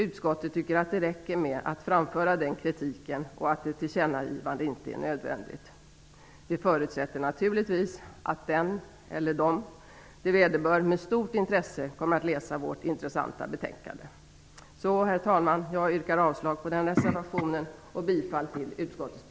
Utskottet tycker därför att räcker med att framföra denna kritik och att ett tillkännagivande inte är nödvändigt. Vi förutsätter naturligtvis att den eller de det vederbör med stort intresse kommer att läsa vårt betänkande. Herr talman! Jag yrkar avslag på reservation nr 7